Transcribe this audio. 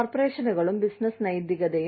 കോർപ്പറേഷനുകളും business നൈതികതയും